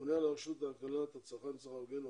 מנהל הרשות להגנת הצרכן וסחר הוגן,